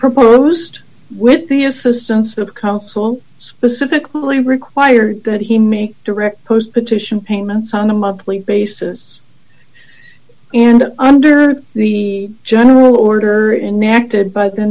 proposed with the assistance of counsel specifically required good he make direct post petition payments on a monthly basis and under the general order in nacton by the